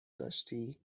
داشتی